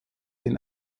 den